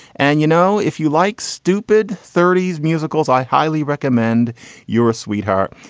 and, you know, if you like stupid thirties musicals, i highly recommend you're a sweetheart.